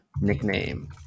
nickname